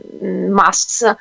masks